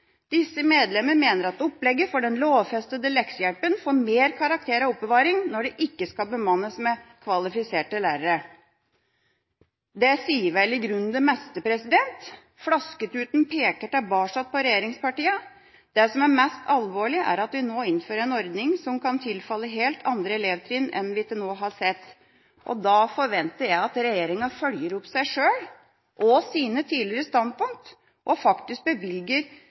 Disse medlemmer mener at opplegget for den lovfestede leksehjelpen får mer karakter av oppbevaring når det ikke skal bemannes med kvalifiserte lærere.» Det sier vel i grunnen det meste. Flasketuten peker tilbake på regjeringspartiene. Det som er mest alvorlig, er at vi nå innfører en ordning som kan tilfalle helt andre elevtrinn enn dem vi til nå har sett. Da forventer jeg at regjeringa følger opp seg sjøl og sine tidligere standpunkt og faktisk bevilger